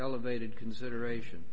elevated consideration